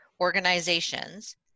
organizations